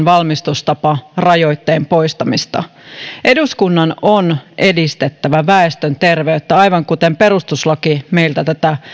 valmistustaparajoitteen poistamista eduskunnan on edistettävä väestön terveyttä aivan kuten perustuslaki meiltä